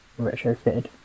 retrofitted